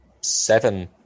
seven